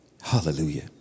Hallelujah